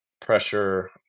pressure